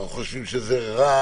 חושבים שזה רע